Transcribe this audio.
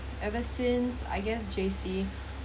ever since I guess J_C